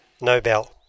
Nobel